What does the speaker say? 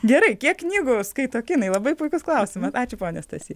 gerai kiek knygų skaito kinai labai puikus klausimas ačiū pone stasy